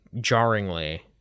jarringly